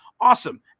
awesome